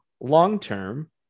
long-term